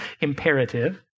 imperative